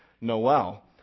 Noel